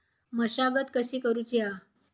मशागत कशी करूची हा?